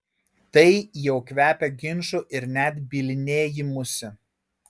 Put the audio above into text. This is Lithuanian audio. tai jau kvepia ginču ir net bylinėjimusi